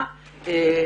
עול.